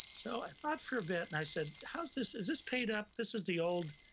so i thought for a bit and i said, how's this? is this paid up, this is the old,